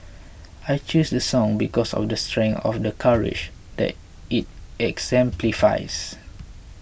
I chose the song because of the strength of the courage that it exemplifies